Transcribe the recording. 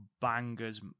bangers